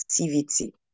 activity